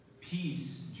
peace